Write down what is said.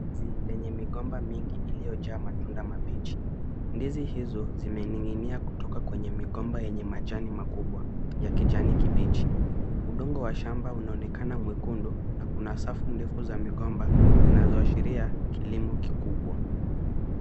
Ndizi yenye migomba mingi iliyojaa matunda mabichi. Ndizi hizo zimening'inia kutoka kwenye migomba yenye majani makubwa ya kijani kibichi. Udongo wa shamba unaonekana mwekundu na kuna safu refu ya migomba zinazoashiria kilimo kikubwa.